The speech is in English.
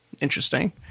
Interesting